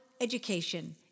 education